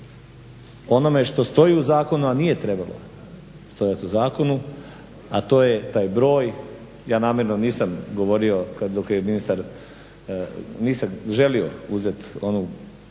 onome što stoji u zakonu a nije trebalo stajati u zakonu a to je taj broj. Ja namjerno nisam govorio dok je ministar, nisam želio uzeti onu pločicu